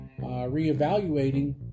reevaluating